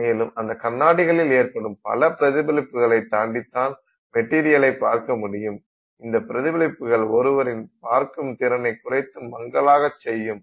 மேலும் அந்த கண்ணாடிகளில் ஏற்படும் பல பிரதிபலிப்புகளை தாண்டித்தான் மெட்டீரியலை பார்க்க முடியும் இந்த பிரதிபலிப்புகள் ஒருவரின் பார்க்கும் திறனை குறைத்து மங்கலாக செய்யும்